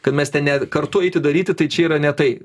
kad mes ne kartu eiti daryti tai čia yra ne tai